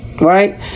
Right